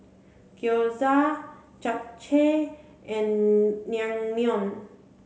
Gyoza Japchae and Naengmyeon